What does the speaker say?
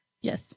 Yes